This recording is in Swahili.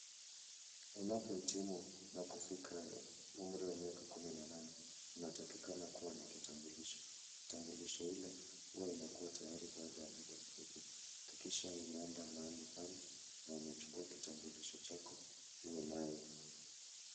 Unapohitimu na kufika umri wa miaka kumi na nane, unatakikana kua na kitambulisho. Kitambulisho ile huwa inakua tiyari baada ya muda mfupi. Hakikisha umeenda mahali pale na unachukua kitambulisho chako ue nayo.